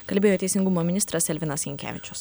kalbėjo teisingumo ministras elvinas jankevičius